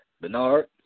Bernard